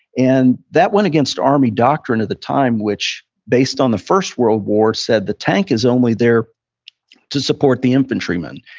and that went against army doctrine at the time, which based on the first world war said the tank is only there to support the infantrymen.